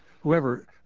whoever